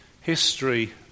history